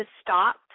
stop